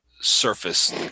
surface